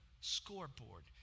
scoreboard